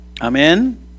Amen